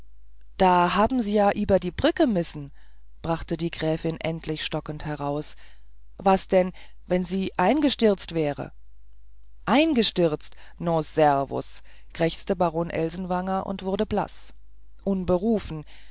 da haben sie ja ieber die brücke missen brachte die gräfin endlich stockend heraus was denn wenn sie eingestirzt wäre eingestirzt no servus krächzte baron elsenwanger und wurde blaß